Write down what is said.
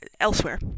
elsewhere